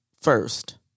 first